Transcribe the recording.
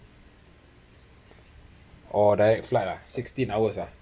orh direct flight uh sixteen hours ah